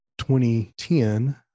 2010